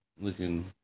looking